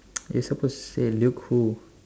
you're supposed to say Luke who